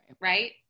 Right